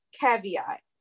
caveat